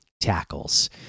tackles